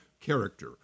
character